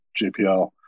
JPL